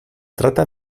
trata